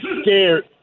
scared